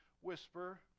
whisper